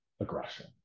aggression